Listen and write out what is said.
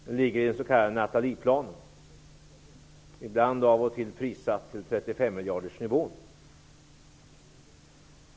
Det ingår i den s.k. Nathalieplanen, av och till prissatt till 35-miljardersnivå.